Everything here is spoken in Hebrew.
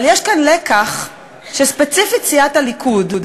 אבל יש כאן לקח שספציפית סיעת הליכוד,